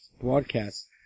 broadcast